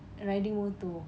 riding motor